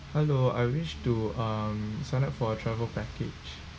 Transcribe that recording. hello I wish to um sign up for a travel package